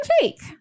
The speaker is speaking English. fake